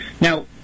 Now